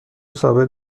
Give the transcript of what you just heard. ثابت